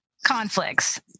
conflicts